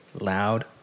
loud